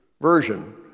version